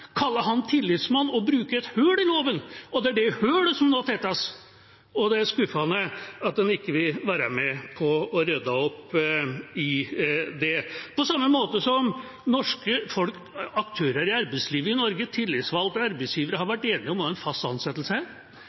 tillitsmann og bruke et hull i loven, og det er det hullet som nå tettes. Og det er skuffende at en ikke vil være med på å rydde opp i det. På samme måte har norske aktører i arbeidslivet i Norge, tillitsvalgte og arbeidsgivere, vært enige om hva en fast ansettelse